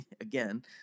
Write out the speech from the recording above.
Again